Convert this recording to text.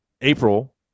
April